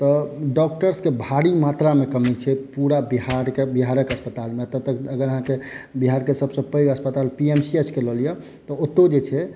तऽ डॉक्टर्स केँ भारी मात्रामे कमी छै पूरा बिहारकेँ बिहारक अस्पतालमे अतऽ तक अगर आहाँकेँ बिहारके सबसँ पैघ अस्पताल पी एम सी एच केँ लऽ लिअ तऽ ओतौ जे छै